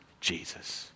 Jesus